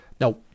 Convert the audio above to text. Now